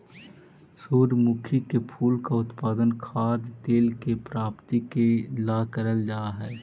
सूर्यमुखी के फूल का उत्पादन खाद्य तेल के प्राप्ति के ला करल जा हई